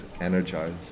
energized